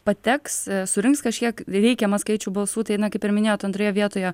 pateks surinks kažkiek reikiamą skaičių balsų tai kaip ir minėjot antroje vietoje